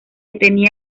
tenia